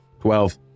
Twelve